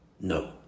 No